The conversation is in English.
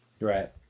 right